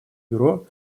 бюро